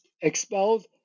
expelled